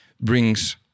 brings